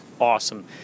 awesome